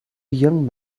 young